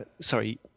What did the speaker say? sorry